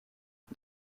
mit